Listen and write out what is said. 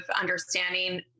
understanding